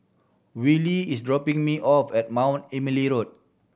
Wylie is dropping me off at Mount Emily Road